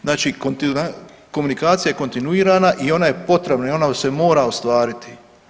Znači komunikacija je kontinuirana i ona je potrebna, ona se mora ostvariti.